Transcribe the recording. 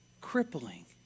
crippling